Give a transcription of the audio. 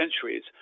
centuries